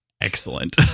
Excellent